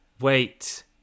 Wait